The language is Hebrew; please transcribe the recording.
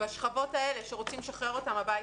בשכבות האלה, שרוצים לשחרר אותם הביתה.